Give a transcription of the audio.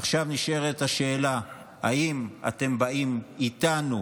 עכשיו נשאלת השאלה אם אתם באים איתנו